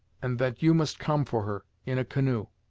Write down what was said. and that you must come for her, in a canoe.